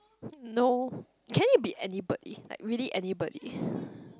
no can it be anybody like really anybody